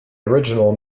original